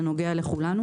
זה נוגע לכולנו.